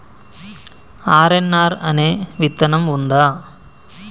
RNR అనే విత్తనం ఉందా?